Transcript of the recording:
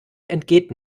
entgeht